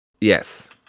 Yes